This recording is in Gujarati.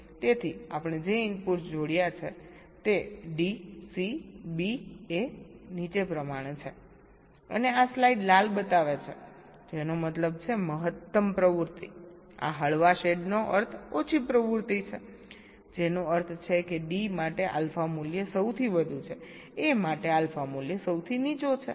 તેથી આપણે જે ઇનપુટ્સ જોડ્યા છે તે d c b a નીચે પ્રમાણે છે અને આ સ્લાઇડ લાલ બતાવે છે જેનો મતલબ છે મહત્તમ પ્રવૃત્તિ આ હળવા શેડ નો અર્થ ઓછી પ્રવૃત્તિ છે જેનો અર્થ છે કે d માટે આલ્ફા મૂલ્ય સૌથી વધુ છે a માટે આલ્ફા મૂલ્ય સૌથી નીચો છે